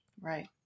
Right